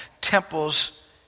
temples